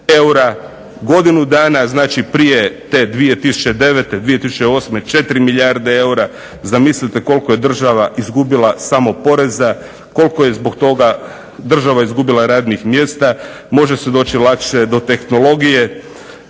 eura, godinu dana prije te 2009., 4 milijarde eura, zamislite koliko je država izgubila samo poreza, koliko je država izgubila radnih mjesta može se doći lakše do tehnologije,